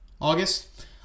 August